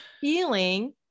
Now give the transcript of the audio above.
feeling